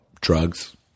drugs